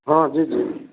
हँ जी जी